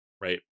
right